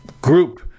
group